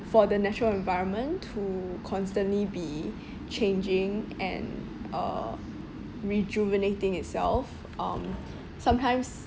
for the natural environment to constantly be changing and uh rejuvenating itself um sometimes